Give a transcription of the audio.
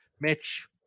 Mitch